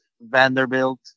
Vanderbilt